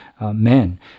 men